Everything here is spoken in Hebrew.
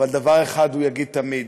דבר אחד הוא יגיד תמיד: